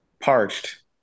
Parched